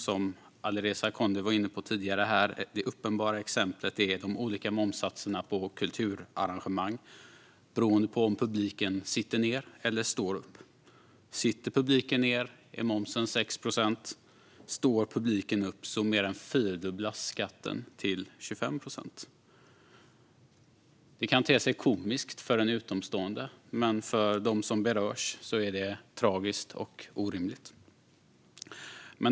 Som Alireza Akhondi tidigare var inne på här är det uppenbara exemplet de olika momssatser på kulturarrangemang beroende på om publiken sitter ner eller står upp. Sitter publiken ner är momsen 6 procent, står publiken upp mer än fyrdubblas skatten till 25 procent. Det kan te sig komiskt för en utomstående, men för dem som berörs är det tragiskt och orimligt.